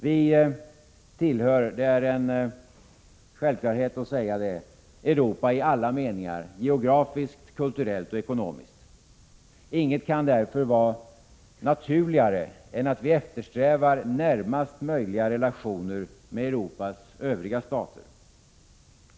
Vi tillhör — det är en självklarhet att säga det — Europa i alla meningar: geografiskt, kulturellt, och ekonomiskt. Inget kan därför vara ” naturligare än att vi eftersträvar närmast möjliga relationer med Europas Övriga stater.